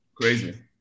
crazy